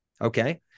Okay